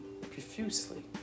profusely